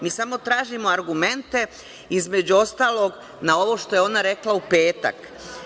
Mi samo tražimo argumente, između ostalog na ovo što je ona rekla u petak.